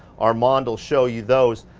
armand will show you those,